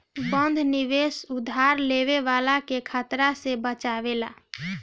बंध निवेश उधार लेवे वाला के खतरा से बचावेला